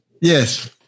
Yes